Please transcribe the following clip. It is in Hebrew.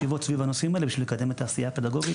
ישיבות סביב הנושאים האלה בשביל לקדם את העשייה הפדגוגית.